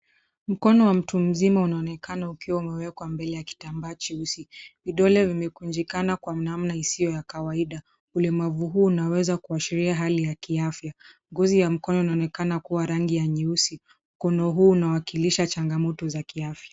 Mkono wa mtu mzima unaonekana ukiwa umewekwa mbele ya kitambaa cheusi. Vidole vimekunjikana kwa namna isiyo ya kawaida. Ulemavu huu unaweza kuashiria hali ya kiafya. Ngozi ya mkono inaonekana kuwa rangi ya nyeusi. Mkono huu unawakilisha changamoto za kiafya.